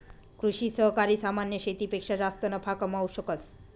कृषि सहकारी सामान्य शेतीपेक्षा जास्त नफा कमावू शकस